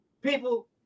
people